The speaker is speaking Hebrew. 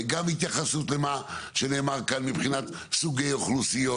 גם התייחסות למה שנאמר כאן מבחינת סוגי אוכלוסיות,